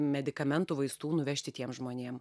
medikamentų vaistų nuvežti tiem žmonėm